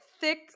thick